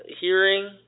hearing